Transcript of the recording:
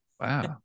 wow